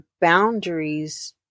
boundaries